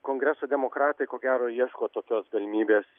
kongreso demokratai ko gero ieško tokios galimybės